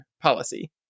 policy